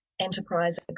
enterprise